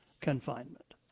confinement